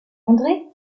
andré